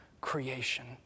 creation